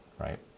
right